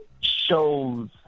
shows